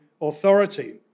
authority